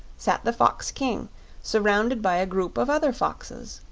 sat the fox-king, surrounded by a group of other foxes,